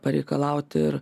pareikalauti ir